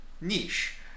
niche